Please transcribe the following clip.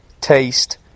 taste